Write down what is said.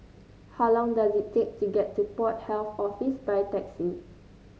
how long does it take to get to Port Health Office by taxi